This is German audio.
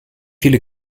viele